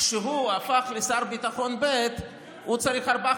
וכשהוא הפך לשר הביטחון ב' הוא צריך ארבעה